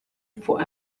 for